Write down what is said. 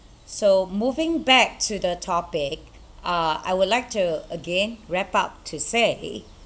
so moving back to the topic ah I would like to again wrap up to say